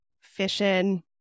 fishing